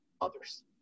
others